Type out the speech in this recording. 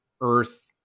Earth